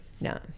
no